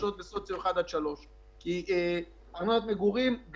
סוציו-אקונומי 1 3 בדרך כלל יש להן תלות בארנונה למגורים.